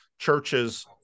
Churches